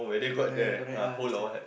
ya ya correct I understand